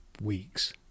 weeks